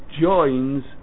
joins